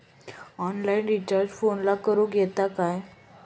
Online recharge फोनला करूक येता काय?